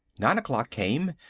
nine o'clock came,